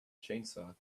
chainsaw